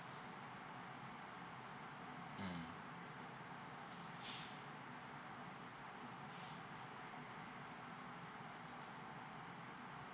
mm